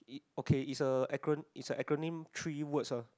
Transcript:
okay is a acro~ is a acronym three words ah